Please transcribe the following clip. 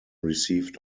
received